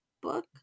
book